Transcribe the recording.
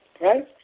Right